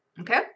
Okay